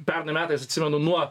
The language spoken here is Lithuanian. pernai metais atsimenu nuo